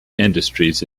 industries